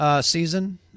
season